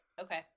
Okay